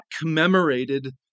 commemorated